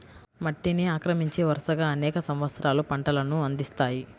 మట్టిని ఆక్రమించి, వరుసగా అనేక సంవత్సరాలు పంటలను అందిస్తాయి